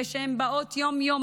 הן באות יום-יום,